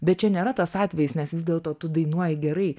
bet čia nėra tas atvejis nes vis dėlto tu dainuoji gerai